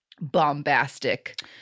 bombastic